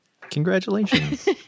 Congratulations